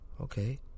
Okay